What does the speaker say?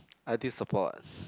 I_T support